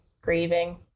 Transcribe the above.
grieving